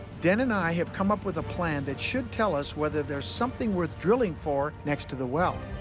dan and i have come up with a plan that should tell us whether there's something worth drilling for next to the well.